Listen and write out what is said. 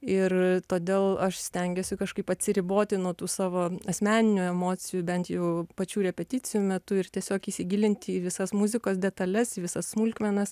ir todėl aš stengiuosi kažkaip atsiriboti nuo tų savo asmeninių emocijų bent jau pačių repeticijų metu ir tiesiog įsigilinti į visas muzikos detales į visas smulkmenas